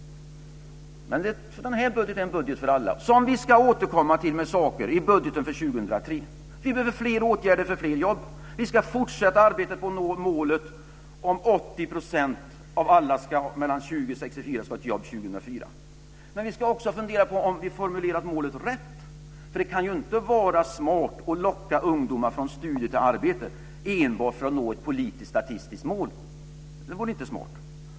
Den här budgeten är en budget för alla, som vi ska återkomma till med saker i budgeten för år 2003. Vi behöver fler åtgärder för fler jobb. Vi ska fortsätta arbetet för att nå målet att 80 % av alla som är mellan Men vi ska också fundera på om vi har formulerat målet rätt. Det kan ju inte vara smart att locka ungdomar från studier till arbete enbart för att nå ett politiskt statistiskt mål. Det vore inte smart.